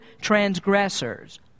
transgressors